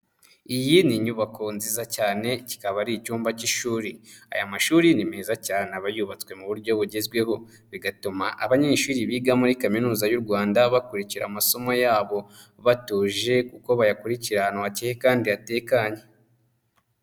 Iyi ni inyubako nziza cyane kikaba ari icyumba k'ishuri, aya mashuri ni meza cyane aba yubatswe mu buryo bugezweho, bigatuma abanyeshuri biga muri Kaminuza y'u Rwanda bakurikira amasomo yabo batuje kuko bayakurikirira ahantu hakeye kandi hatekanye.